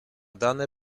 dane